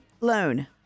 loan